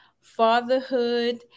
fatherhood